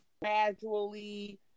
gradually